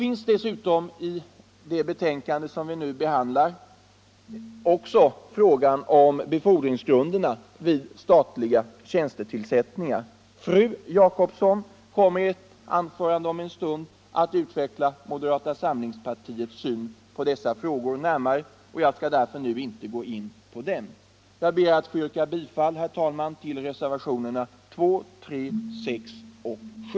I det betänkande som vi nu behandlar återfinns också frågan om befordringsgrunderna vid statliga tjänstetillsättningar. Fru Jacobsson kommer i ett anförande om en stund att utveckla moderata samlingspartiets syn på denna fråga, och jag skall därför nu inte gå in på den. Jag ber att få yrka bifall, herr talman, till reservationerna 2, 3, 6 och